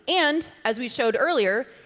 and as we showed earlier,